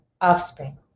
offspring